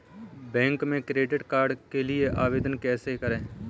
Bank में credit card के लिए आवेदन कैसे करें?